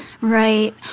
Right